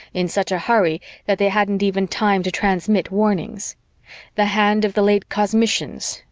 in such a hurry that they hadn't even time to transmit warnings the hand of the late cosmicians,